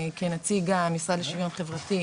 נציג המשרד לשוויון חברתי,